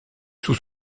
sous